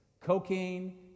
cocaine